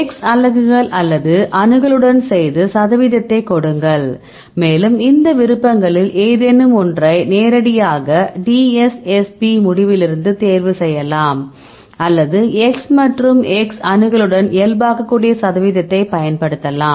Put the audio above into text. X அலகுகள் அல்லது அணுகலுடன் செய்து சதவீதத்தைக் கொடுங்கள் மேலும் இந்த விருப்பங்களில் ஏதேனும் ஒன்றை நேரடியாக DSSP முடிவிலிருந்து தேர்வு செய்யலாம் அல்லது X மற்றும் X அணுகலுடன் இயல்பாக்கக்கூடிய சதவீதத்தைப் பயன்படுத்தலாம்